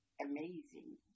amazing